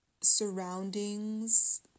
surroundings